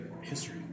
History